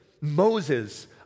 Moses